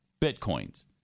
bitcoins